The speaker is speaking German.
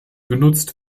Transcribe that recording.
genutzt